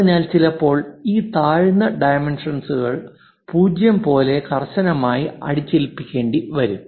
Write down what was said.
അതിനാൽ ചിലപ്പോൾ ഈ താഴ്ന്ന ഡൈമെൻഷൻസുകൾ 0 പോലെ കർശനമായി അടിച്ചേൽപ്പിക്കേണ്ടിവരും